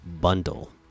Bundle